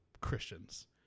christians